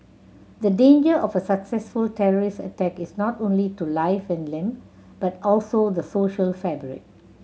the danger of a successful terrorist attack is not only to life and limb but also the social fabric